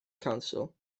council